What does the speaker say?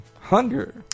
Hunger